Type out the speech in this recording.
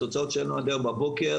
תוצאות שהגיעו אלינו עד היום בבוקר,